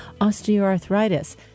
osteoarthritis